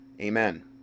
amen